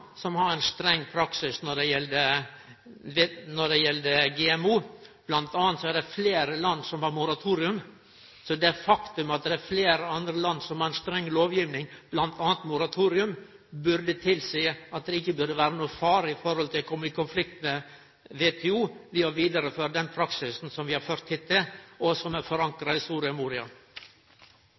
som har ein streng praksis når det gjeld GMO, bl.a. er det fleire land som har moratorium. Så det faktum at det er fleire andre land som har ei streng lovgiving, bl.a. moratorium, burde tilseie at det ikkje burde vere nokon fare for å kome i konflikt med WTO ved å vidareføre den praksisen som vi har ført hittil, og som er forankra i